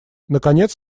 наконец